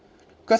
because